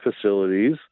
facilities